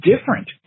different